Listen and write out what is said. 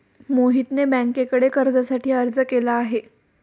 मोहितने बँकेकडे कर्जासाठी अर्ज केला आहे